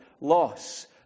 loss